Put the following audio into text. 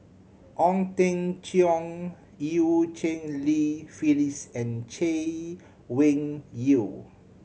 Ong Teng Cheong Eu Cheng Li Phyllis and Chay Weng Yew